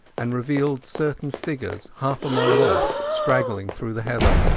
and revealed certain figures half a mile off straggling through the heather.